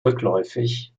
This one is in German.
rückläufig